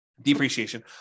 depreciation